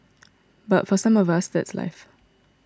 but for some of us that's life